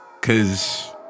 Cause